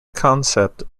concept